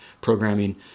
programming